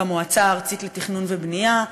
במועצה הארצית לתכנון ובנייה,